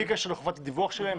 בלי קשר לחובת הדיווח שלהם,